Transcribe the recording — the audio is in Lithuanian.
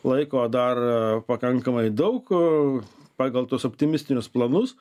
laiko dar pakankamai daug pagal tuos optimistinius planus